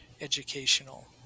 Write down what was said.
educational